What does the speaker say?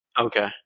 Okay